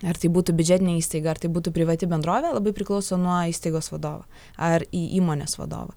ar tai būtų biudžetinė įstaiga ar tai būtų privati bendrovė labai priklauso nuo įstaigos vadovo ar įmonės vadovo